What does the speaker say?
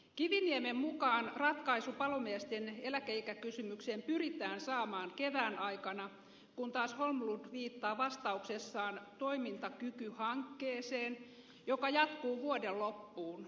kiviniemen mukaan ratkaisu palomiesten eläkeikäkysymykseen pyritään samaan kevään aikana kun taas holmlund viittaa vastauksessaan toimintakykyhankkeeseen joka jatkuu vuoden loppuun